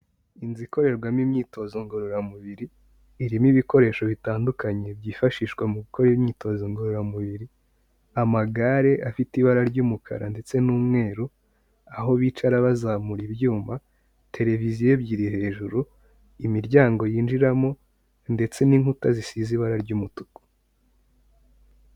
Inzu ikorerwamo imyitozo ngororamubiri irimo ibikoresho bitandukanye byifashishwa mu gukora imyitozo ngororamubiri, amagare afite ibara ry'umukara ndetse n'umweru, aho bicara bazamura ibyuma, televiziyo ebyiri hejuru, imiryango yinjiramo ndetse n'inkuta zisize ibara ry'umutuku.